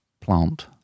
Plant